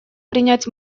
принять